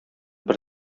бер